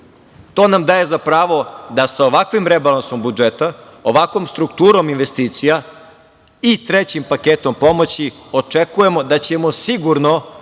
To nam daje za pravo da sa ovakvim rebalansom budžeta, ovakvom strukturom investicija i trećim paketom pomoći očekujemo da ćemo sigurno